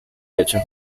hecho